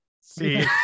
See